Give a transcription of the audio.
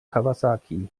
kawasaki